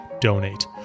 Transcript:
donate